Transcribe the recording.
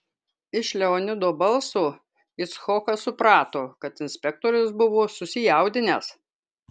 iš leonido balso icchokas suprato kad inspektorius buvo susijaudinęs